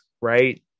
Right